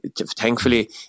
thankfully